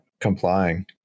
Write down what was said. complying